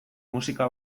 musika